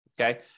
okay